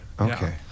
okay